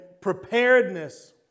preparedness